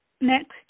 next